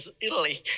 Italy